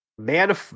Man